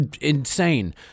insane